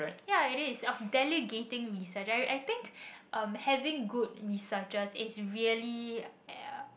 ya it is of delegating research I I think um having good researchers is really